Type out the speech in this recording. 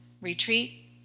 retreat